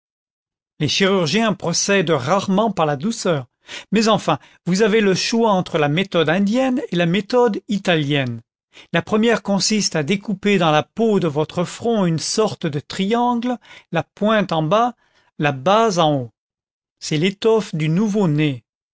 les chirurgiens procèdent rarement par la douceur mais enfin vous avez le choix entre la méthode indienne et la méthode italienne la première consiste à découper dans la peau de votre front une sorte de triangle la pointe en bas la base en haut c'est l'étoffe du nouveau